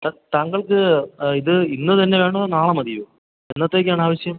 താങ്കൾക്ക് ഇത് ഇന്ന് തന്നെ വേണോ നാളെ മതിയോ എന്നത്തേക്കാണാവശ്യം